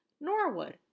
Norwood